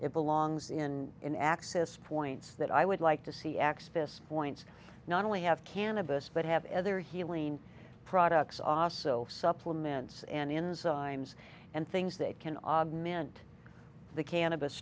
it belongs in an access points that i would like to see x this points not only have cannabis but have ever healing products aso supplements and in zines and things that can augment the cannabis